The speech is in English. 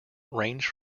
range